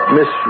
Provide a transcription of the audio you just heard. Miss